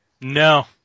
No